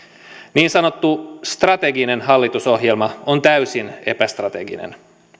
niin sanottu strateginen hallitusohjelma on täysin epästrateginen